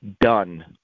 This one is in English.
done